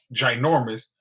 ginormous